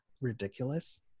ridiculous